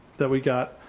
that we got.